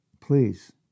Please